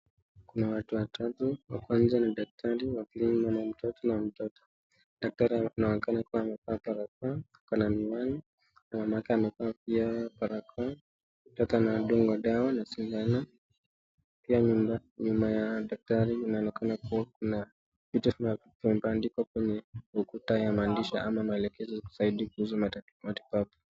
Kuna watu watatu, wa kwanza ni daktari, mama mtoto na mtoto, daktari anaonekana kuwa amevaa barakoa na miwani, mamake amevaa pia barakoa, mtoto anadungwa dawa na sindano, pia nyuma ya daktari kunaonekana kuwa kuna vitu mabandiko katika ukuta maelezo kuhusu matibabu.